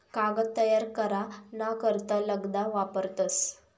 कागद तयार करा ना करता लगदा वापरतस